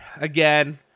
again